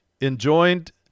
enjoined